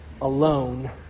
alone